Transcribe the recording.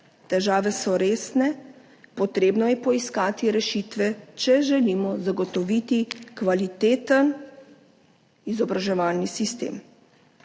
Težave so resne, potrebno je poiskati rešitve, če želimo zagotoviti kvaliteten izobraževalni sistem.